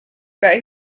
that